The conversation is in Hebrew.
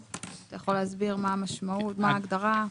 אתה יכול להסביר מה המשמעות מה ההגדרה?